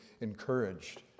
encouraged